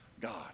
God